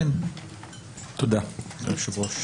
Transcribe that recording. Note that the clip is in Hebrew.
תודה, היושב-ראש.